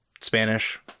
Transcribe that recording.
Spanish